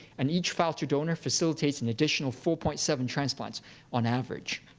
and each voucher donor facilitates an additional four point seven transplants on average.